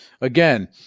again